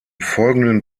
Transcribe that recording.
folgenden